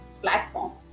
platform